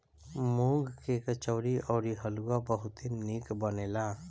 मूंग के कचौड़ी अउरी हलुआ बहुते निक बनेला